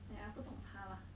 !aiya! 不懂她啦